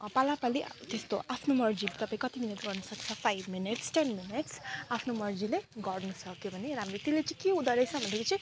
पालैपालो त्यस्तो आफ्नो मर्जी तपाईँ कति मिनट गर्नुसक्छ फाइभ मिनट्स टेन मिनट्स आफ्नो मर्जीले गर्नुसक्यो भने चाहिँ राम्रो त्यसले चाहिँ के हुन्छ भन्दाखेरि चाहिँ